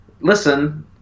listen